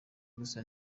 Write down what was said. gusa